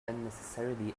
unnecessarily